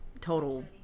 total